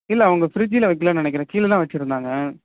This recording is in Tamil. இல்லை அவங்க ஃபிரிட்ஜில் வைக்கலைன்னு நினைக்கிறேன் கீழேதான் வச்சிருந்தாங்கள்